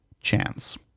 chance